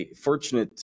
fortunate